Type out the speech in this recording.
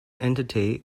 entity